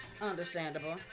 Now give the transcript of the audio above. Understandable